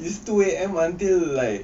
is two A_M until like